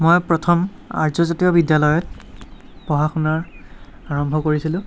মই প্ৰথম আৰ্য্য জাতীয় বিদ্যালয়ত পঢ়া শুনাৰ আৰম্ভ কৰিছিলোঁ